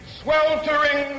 sweltering